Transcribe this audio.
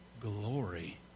glory